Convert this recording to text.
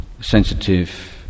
sensitive